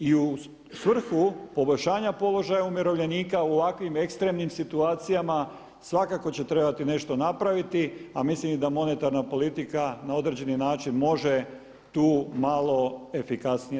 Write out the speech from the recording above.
I u svrhu poboljšanja položaja umirovljenika u ovakvim ekstremnim situacijama svakako će trebati nešto napraviti a mislim i da monetarna politika na određeni način može tu malo efikasnije